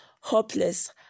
hopeless